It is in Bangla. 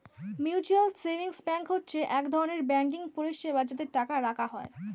মিউচুয়াল সেভিংস ব্যাঙ্ক হচ্ছে এক ধরনের ব্যাঙ্কিং পরিষেবা যাতে টাকা রাখা যায়